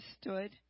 stood